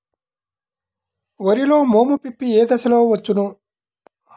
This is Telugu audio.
వరిలో మోము పిప్పి ఏ దశలో వచ్చును?